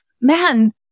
man